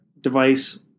device